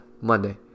Monday